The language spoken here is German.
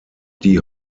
die